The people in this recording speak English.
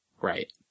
Right